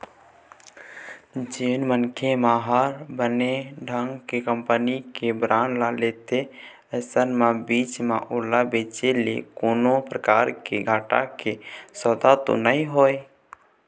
जेन मनखे मन ह बने ढंग के कंपनी के बांड ल लेथे अइसन म बीच म ओला बेंचे ले कोनो परकार के घाटा के सौदा तो नइ होवय